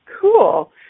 Cool